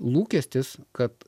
lūkestis kad